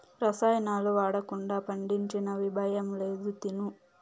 రసాయనాలు వాడకుండా పండించినవి భయం లేదు తిను